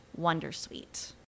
wondersuite